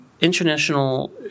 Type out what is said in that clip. International